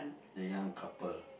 the young couple